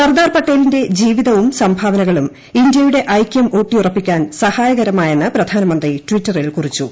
സർദാർ പട്ടേലിന്റെ ജീവിതവും സംഭാവനകളും ഇന്ത്യയുടെ ഐക്യം ഊട്ടിയുറപ്പിക്കാൻ സഹായകരമാണെന്ന് പ്രധാനമന്ത്രി ടിറ്ററിൽ കുറിച്ചു